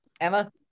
Emma